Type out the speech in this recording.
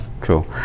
cool